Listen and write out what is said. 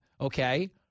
okay